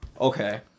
Okay